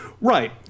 right